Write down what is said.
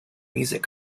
music